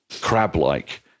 crab-like